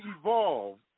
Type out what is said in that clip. evolve